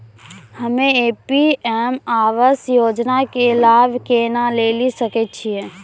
हम्मे पी.एम आवास योजना के लाभ केना लेली सकै छियै?